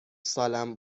سالم